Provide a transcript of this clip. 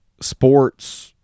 Sports